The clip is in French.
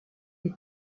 est